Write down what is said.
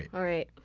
alright.